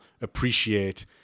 appreciate